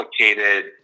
complicated